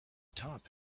top